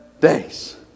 days